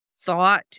thought